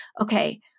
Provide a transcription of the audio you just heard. Okay